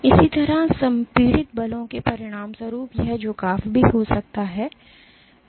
तो इसी तरह संपीड़ित बलों के परिणामस्वरूप यह झुकाव भी हो सकता है